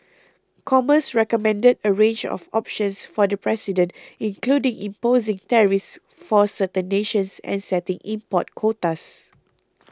commerce recommended a range of options for the president including imposing tariffs for certain nations and setting import quotas